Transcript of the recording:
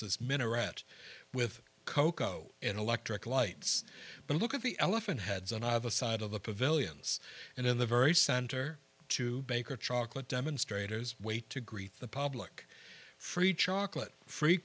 says minaret with cocoa and electric lights but look at the elephant heads on either side of the pavilions and in the very center to baker chocolate demonstrators wait to greet the public free chocolate free